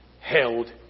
held